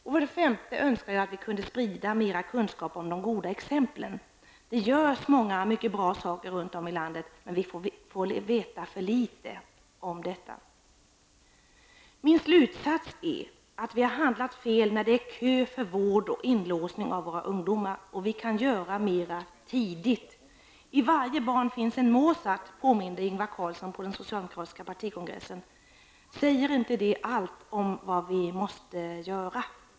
För det femte önskar jag att vi kunde sprida mer kunskap om de goda exemplen. Det görs många mycket bra saker runt om i landet, men vi får veta för litet om detta. Min slutsats är att vi har handlat fel, eftersom det är kö för vård och inlåsning av våra ungdomar. Vi kan göra mera tidigt! I varje barn finns en Mozart, påminde Ingvar Carlsson på den socialdemokratiska partikongressen. Säger inte det allt om vad vi måste göra?